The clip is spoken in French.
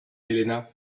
helena